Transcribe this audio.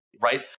right